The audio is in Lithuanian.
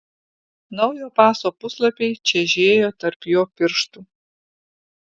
naujo paso puslapiai čežėjo tarp jo pirštų